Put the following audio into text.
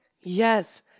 Yes